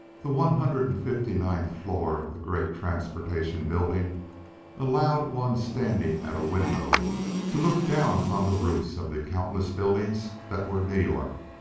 the one hundred and fifty-ninth floor of the great transportation building allowed one standing at a window to look down upon the roofs of the countless buildings that were new york.